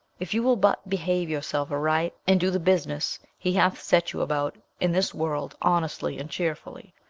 if you will but behave yourself aright, and do the business he hath set you about in this world honestly and cheerfully.